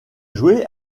joué